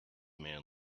man